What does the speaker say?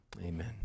Amen